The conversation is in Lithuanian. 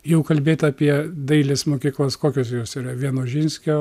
jau kalbėt apie dailės mokyklas kokios jos yra vienožinskio